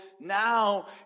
now